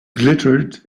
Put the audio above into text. glittered